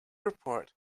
report